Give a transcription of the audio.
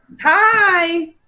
Hi